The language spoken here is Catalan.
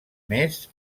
més